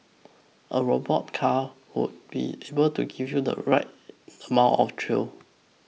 a robot car would be able to give you the right amount of thrill